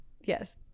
Yes